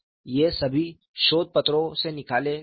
ये सभी शोध पत्रों से निकाले गए हैं